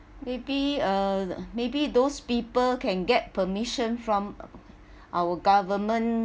maybe uh maybe those people can get permission from our government